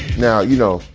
now, you know,